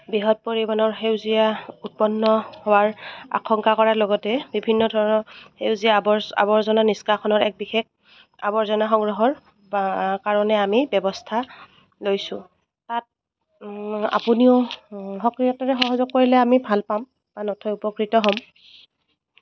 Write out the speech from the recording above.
বৃহৎ পৰিমাণৰ সেউজীয়া উৎপন্ন হোৱাৰ আশংকা কৰাৰ লগতে বিভিন্ন ধৰণৰ সেউজীয়া আৱ আৱৰ্জনা নিষ্কাখনৰ এক বিশেষ আৱৰ্জনা সংগ্ৰহৰ আ কাৰণে আমি ব্যৱস্থা লৈছোঁ তাত আপুনিও সক্ৰিয়তাৰে সহযোগ কৰিলে আমি ভাল পাম বা নথৈ উপকৃত হ'ম